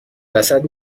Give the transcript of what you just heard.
وسط